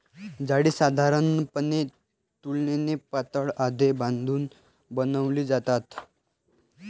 जाळी साधारणपणे तुलनेने पातळ धागे बांधून बनवली जातात